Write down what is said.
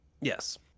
Yes